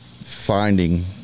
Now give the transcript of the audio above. finding